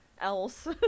else